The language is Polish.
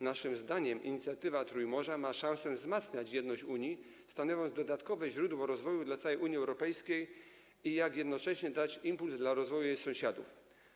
Naszym zdaniem inicjatywa Trójmorza ma szansę wzmacniać jedność Unii, stanowiąc dodatkowe źródło rozwoju dla całej Unii Europejskiej, i jednocześnie dać impuls do rozwoju jej sąsiadom.